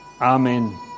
Amen